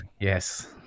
Yes